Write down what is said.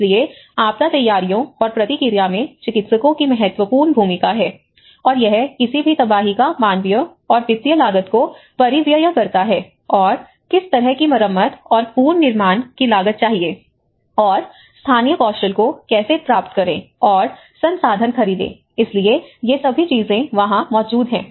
इसलिए आपदा तैयारियों और प्रतिक्रिया में चिकित्सकों की महत्वपूर्ण भूमिका है और यह किसी भी तबाही की मानवीय और वित्तीय लागत को परिव्यय करता है और किस तरह की मरम्मत और पुनर्निर्माण की लागत चाहिए और स्थानीय कौशल को कैसे प्राप्त करें और संसाधन खरीदें इसलिए ये सभी चीजें वहां मौजूद हैं